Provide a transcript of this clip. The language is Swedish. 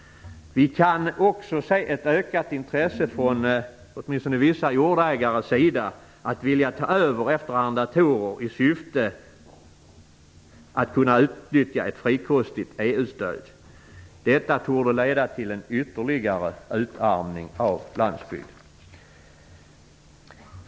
Vi kan också se ett ökat intresse från åtminstone vissa jordägares sida att vilja ta över efter arrendatorer i syfte att kunna utnyttja ett frikostigt EU-stöd. Detta torde leda till ytterligare utarmning av landsbygden.